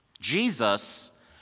Jesus